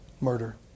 Murder